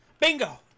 Bingo